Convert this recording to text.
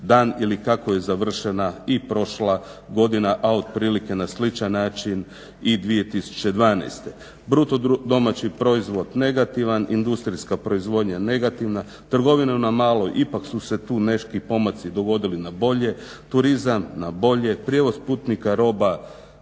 dan ili kako je završena i prošla godina, a otprilike na sličan način i 2012. Bruto domaći proizvod negativan, industrijska proizvodnja negativna, trgovina na malo, ipak su se tu neki pomaci dogodili na bolje, turizam na bolje, prijevoz putnika, roba